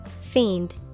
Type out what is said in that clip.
Fiend